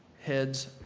heads